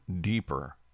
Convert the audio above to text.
deeper